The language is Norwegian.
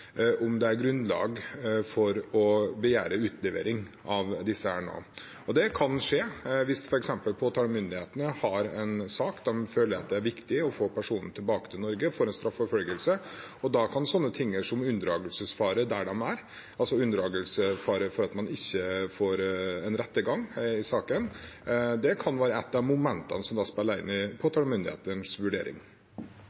om det er grunnlag for å begjære utlevering av disse nå. Det kan skje hvis påtalemyndighetene f.eks. har en sak der de føler det er viktig å få personen tilbake til Norge for straffeforfølgelse. Da kan ting som unndragelsesfare der de er, altså fare for at man ikke får en rettergang i saken, være et av momentene som